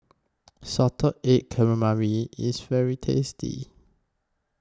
Salted Egg Calamari IS very tasty